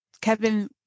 kevin